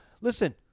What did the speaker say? listen